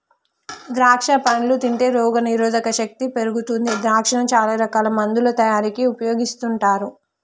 ద్రాక్షా పండ్లు తింటే రోగ నిరోధక శక్తి పెరుగుతుంది ద్రాక్షను చాల రకాల మందుల తయారీకి ఉపయోగిస్తుంటారు